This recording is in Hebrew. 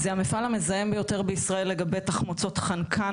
זה המפעל המזהם ביותר בישראל לגבי תחמוצות חנקן